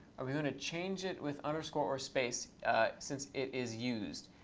are we going to change it with underscore or space since it is used?